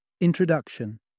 Introduction